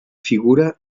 figura